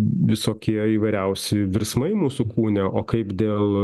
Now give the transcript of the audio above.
visokie įvairiausi virsmai mūsų kūne o kaip dėl